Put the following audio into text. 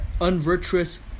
Unvirtuous